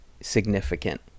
significant